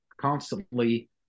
constantly